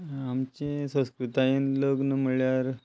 आमचे संस्कृतायेन लग्न म्हणल्यार